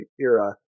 era